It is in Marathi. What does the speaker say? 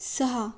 सहा